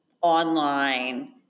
online